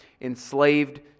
enslaved